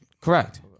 Correct